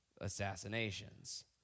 assassinations